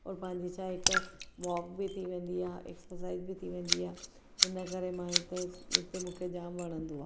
ऐं पंहिंजी छा हिक वॉक ई थी वेंदी आहे एक्सासाइज बि थी वेंदी आहे इनकरे मां हिते हिते मूंखे जाम वणंदो आहे